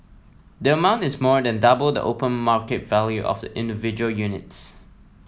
the amount is more than double the open market value of the individual units